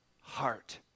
heart